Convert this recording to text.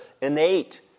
innate